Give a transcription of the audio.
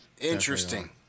Interesting